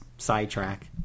sidetrack